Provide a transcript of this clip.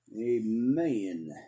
Amen